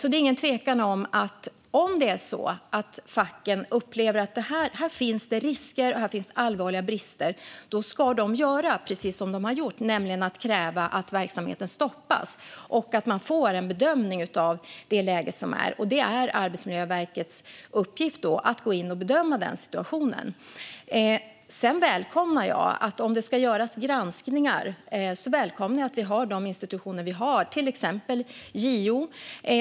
Det är ingen tvekan om att om facken upplever att det finns risker och allvarliga brister ska de göra precis som de har gjort, nämligen kräva att verksamheten stoppas och att de får en bedömning av läget. Det är då Arbetsmiljöverkets uppgift att gå in och bedöma situationen. Om det ska göras granskningar välkomnar jag att vi har de institutioner vi har, till exempel JO.